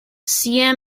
siam